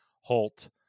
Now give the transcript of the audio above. holt